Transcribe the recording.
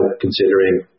considering